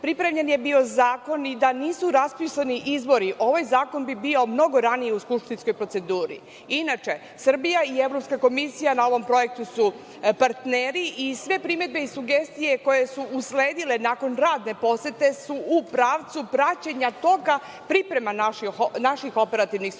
Pripremljen je bio zakon i da nisu raspisani izbori, ovaj zakon bi bio mnogo ranije u skupštinskoj proceduri. Inače, Srbija i Evropska komisija na ovom projektu su partneri i sve primedbe i sugestije koje su usledile nakon radne posete su u pravcu praćenja toka priprema naših operativnih struktura.